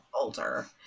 older